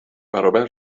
برابر